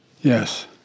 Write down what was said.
Yes